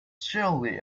surely